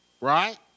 right